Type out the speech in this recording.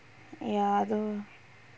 ya I don't know